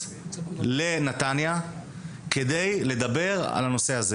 לנתניה כדי לדבר על הנושא.